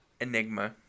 Enigma